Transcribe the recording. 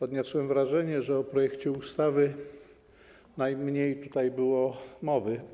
Odniosłem wrażenie, że o projekcie ustawy najmniej tutaj było mowy.